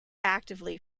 actively